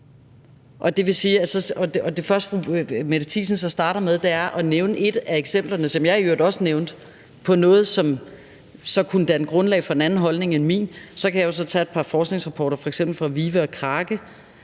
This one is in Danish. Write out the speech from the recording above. det første, fru Mette Thiesen så starter med, er at nævne et af eksemplerne, som jeg i øvrigt også nævnte, på noget, som så kunne danne grundlag for en anden holdning end min. Så kan jeg jo så tage et par forskningsrapporter fra f.eks.